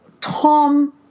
Tom